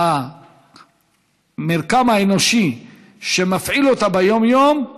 המרקם האנושי שמפעיל אותה ביום-יום,